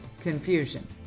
confusion